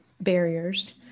barriers